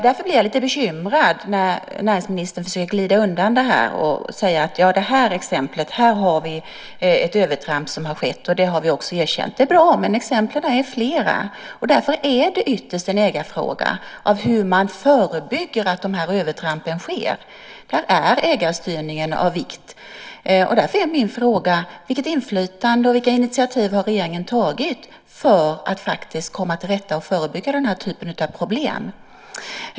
Därför blir jag lite bekymrad när näringsministern försöker att glida undan genom att säga att det i det här exemplet har skett ett övertramp och att man också har erkänt detta. Det är bra, men exemplen är flera. Därför är det ytterst en ägarfråga hur man förebygger övertramp av den här typen. Här är ägarstyrningen av vikt. Därför är min fråga: Vilket inflytande har regeringen och vilka initiativ har man tagit för att komma till rätta med och förebygga den här typen av problem?